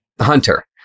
Hunter